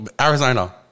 Arizona